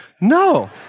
No